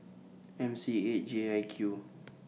M C eight J I Q